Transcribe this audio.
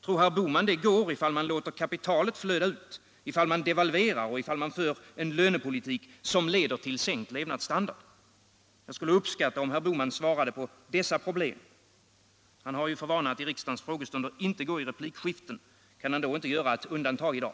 Tror herr Bohman att det går om man låter kapitalet flöda ut ur landet, om man devalverar och för en lönepolitik som leder till sänkt levnadsstandard? Jag skulle uppskatta om herr Bohman svarade på dessa frågor. Herr Bohman har ju för vana att i riksdagens frågestunder inte gå in i replikskiften. Kan han inte göra ett undantag i dag?